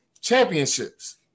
championships